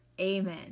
Amen